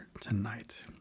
tonight